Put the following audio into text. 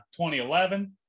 2011